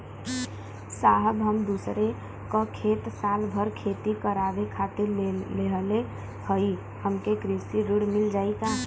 साहब हम दूसरे क खेत साल भर खेती करावे खातिर लेहले हई हमके कृषि ऋण मिल जाई का?